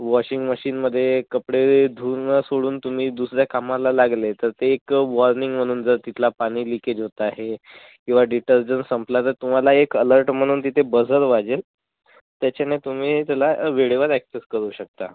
washing मशीनमध्ये कपडे धुवून सोडून तुम्ही दुसऱ्या कामाला लागले तर ते एक वार्निंग म्हणून जर तिथला पाणी लिकेज होत आहे किंवा डिटर्जंट संपला तर तुम्हाला एक अलर्ट म्हणून तिथे बझर वाजेल त्याच्याने तुम्ही त्याला वेळेवर ॲक्सेस करू शकता